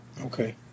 Okay